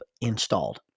installed